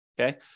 Okay